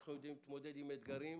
ואנחנו יודעים להתמודד עם אתגרים,